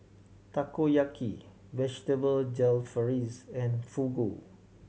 Takoyaki Vegetable Jalfrezi and Fugu